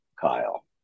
Kyle